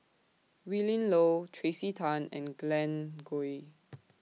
Willin Low Tracey Tan and Glen Goei